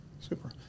Super